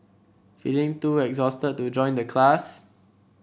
feeling too exhausted to join the class